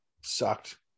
sucked